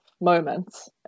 moments